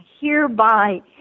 hereby